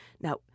Now